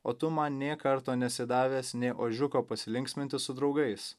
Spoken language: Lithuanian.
o tu man nė karto nesi davęs nė ožiuko pasilinksminti su draugais